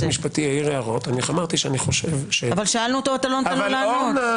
בנסיבות האלה עולה שאלה מעבר לדיון העקרוני,